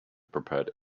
prepared